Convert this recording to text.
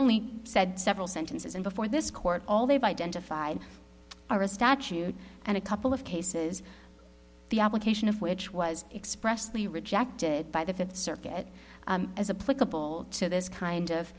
only said several sentences in before this court all they've identified are a statute and a couple of cases the application of which was expressly rejected by the fifth circuit as apply to this kind of